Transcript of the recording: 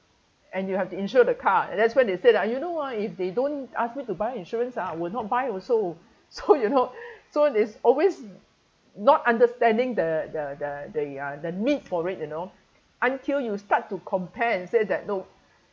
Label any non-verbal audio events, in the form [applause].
and you have to insure the car and that's why they said ah you know ah if they don't ask me to buy insurance ah I will not buy also so you [laughs] know so it's always not understanding the the the the uh the need for it you know until you start to compare and said that no